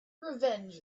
revenge